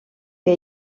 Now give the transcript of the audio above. que